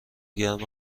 گرم